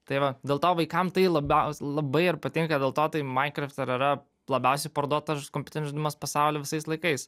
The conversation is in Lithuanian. tai va dėl to vaikam tai labiaus labai ir patinka dėl to tai minecraft ir yra labiausiai parduotas kompiuterinis žaidimas pasaulio visais laikais